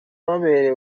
baberewe